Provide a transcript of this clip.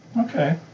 Okay